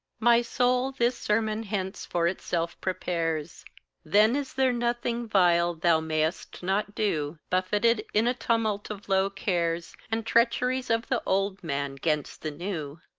my soul this sermon hence for itself prepares then is there nothing vile thou mayst not do, buffeted in a tumult of low cares, and treacheries of the old man gainst the new.